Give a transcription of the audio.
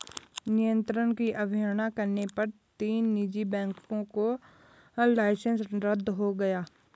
नियंत्रण की अवहेलना करने पर तीन निजी बैंकों का लाइसेंस रद्द हो गया